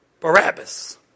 Barabbas